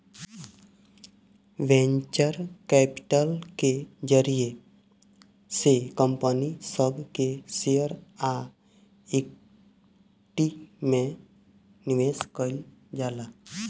venture capital के जरिया से कंपनी सब के शेयर आ इक्विटी में निवेश कईल जाला